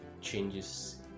changes